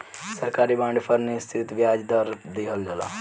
सरकारी बॉन्ड पर निश्चित ब्याज दर दीहल जाला